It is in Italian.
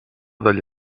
dagli